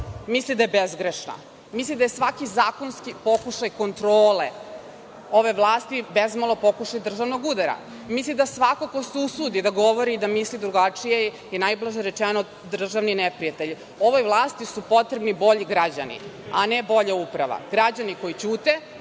misli da je bezgrešna. Misli da je svaki zakonski pokušaj kontrole ove vlasti bezmalo pokušaj državnog udara. Misli da svako ko se usudi da govori i da misli drugačije je, najblaže rečeno, državni neprijatelj. Ovoj vlasti su potrebni bolji građani, a ne bolja uprava. Potrebni su